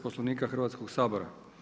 Poslovnika Hrvatskog sabora.